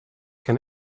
can